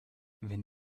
wenn